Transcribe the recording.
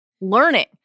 learning